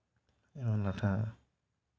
ᱚᱱᱟ ᱞᱟᱴᱷᱟ